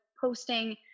posting